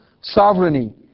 sovereignty